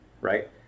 right